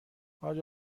حاج